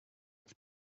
auf